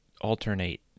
alternate